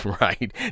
right